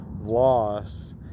loss